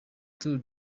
tour